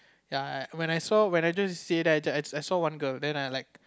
ya I when I saw when I just stay there I just then I saw one girl then I like